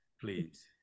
please